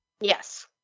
Yes